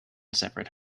separate